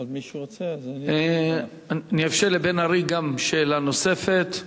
אני אאפשר גם לבן-ארי שאלה נוספת.